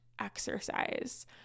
Exercise